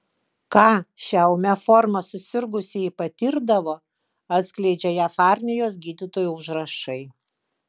ką šia ūmia forma susirgusieji patirdavo atskleidžia jav armijos gydytojų užrašai